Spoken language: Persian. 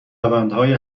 روندهای